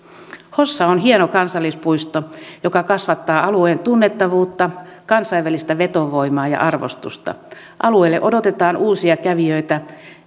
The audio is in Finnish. hossa on hieno kansallispuisto joka kasvattaa alueen tunnettavuutta kansainvälistä vetovoimaa ja ja arvostusta alueelle odotetaan uusia kävijöitä